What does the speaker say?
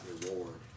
reward